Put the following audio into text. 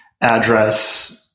address